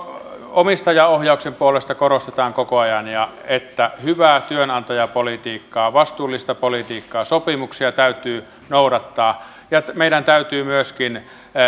omistajaohjauksen puolesta korostetaan koko ajan että hyvää työnantajapolitiikkaa vastuullista politiikkaa sopimuksia täytyy noudattaa mutta meidän täytyy myöskin